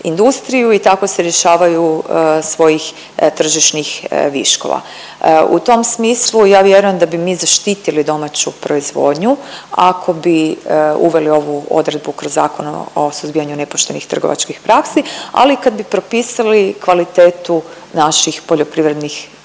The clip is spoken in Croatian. i tako se rješavaju svojih tržišnih viškova. U tom smislu ja vjerujem da bi mi zaštitili domaću proizvodnju ako bi uveli ovu odredbu kroz Zakon o suzbijanju nepoštenih trgovačkih praksi, ali i kad bi propisali kvalitetu naših poljoprivrednih